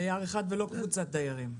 דייר אחד ולא קבוצת דיירים.